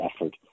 effort